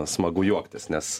smagu juoktis nes